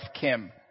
Kim